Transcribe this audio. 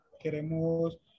queremos